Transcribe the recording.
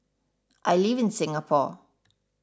I live in Singapore